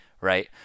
right